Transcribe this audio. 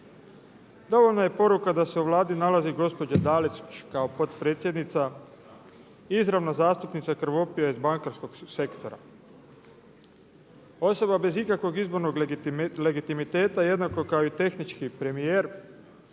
Dovoljna je poruka da se u Vladi nalazi gospođa Dalić kao potpredsjednica, izravno zastupnica krvopija iz bankarskog sektora. Osoba bez ikakvog izbornog legitimiteta jednako kao i tehnički premijer,